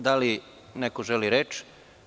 Da li neko želi reč?